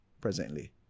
presently